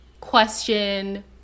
question